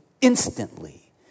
instantly